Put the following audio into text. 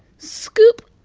scoop.